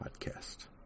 Podcast